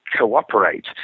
cooperate